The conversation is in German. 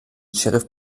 sheriff